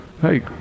hey